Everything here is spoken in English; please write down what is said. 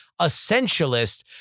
essentialist